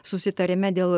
susitarime dėl